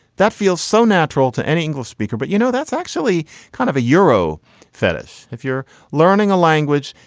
that feels so natural to any english speaker. but you know, that's actually kind of a euro fetish if you're learning a language.